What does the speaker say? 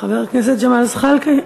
חבר הכנסת ג'מאל זחאלקה,